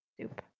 soup